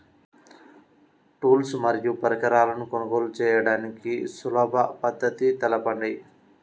Tools మరియు పరికరాలను కొనుగోలు చేయడానికి సులభ పద్దతి తెలపండి?